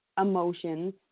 emotions